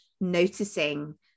noticing